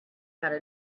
how